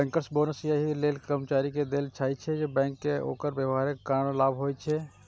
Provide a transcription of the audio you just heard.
bankers bonus एहि लेल कर्मचारी कें देल जाइ छै, कि बैंक कें ओकर व्यवहारक कारण लाभ होइ छै